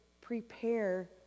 prepare